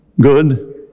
good